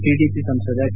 TDP ಸಂಸದ K